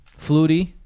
Flutie